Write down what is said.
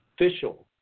official